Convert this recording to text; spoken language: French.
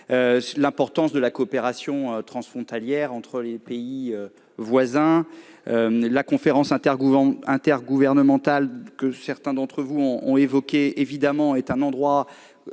-l'importance de la coopération transfrontalière entre pays voisins. La conférence intergouvernementale que certains d'entre vous ont mentionnée offre évidemment un cadre